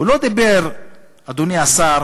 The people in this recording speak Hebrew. הוא לא דיבר, אדוני השר,